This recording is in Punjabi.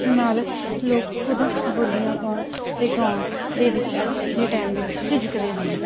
ਨਾਲ ਲੋਕ ਖੁਦ ਬੋਲੀਆਂ ਪਾਉਣ ਅਤੇ ਗਾਉਣ ਦੇ ਵਿੱਚ ਅੱਜ ਦੇ ਟਾਈਮ ਦੇ ਵਿੱਚ ਝਿਜਕਦੇ ਹਨ